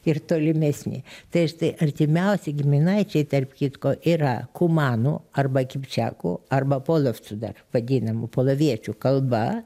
ir tolimesni tai štai artimiausi giminaičiai tarp kitko yra kumanų arba kipčiakų arba polovcų dar vadinamų poloviečių kalba